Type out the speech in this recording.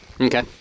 Okay